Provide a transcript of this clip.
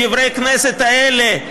דברי הכנסת האלה,